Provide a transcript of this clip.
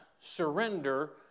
surrender